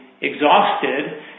exhausted